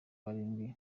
barindwi